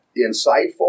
insightful